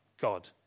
God